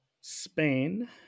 Spain